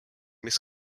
miss